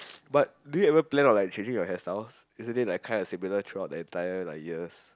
but do you ever plan on like changing your hair style isn't it like kinda similar throughout the entire like years